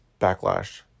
backlash